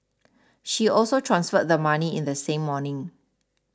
she also transferred the money in the same morning